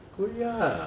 贵 ah